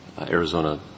Arizona